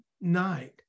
night